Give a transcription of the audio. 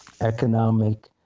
economic